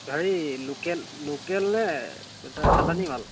হেৰি local local নে এটা চালানী মাল